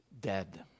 dead